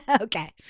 Okay